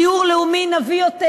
דיור לאומי, נביא יותר.